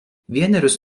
vienerius